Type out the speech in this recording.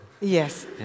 Yes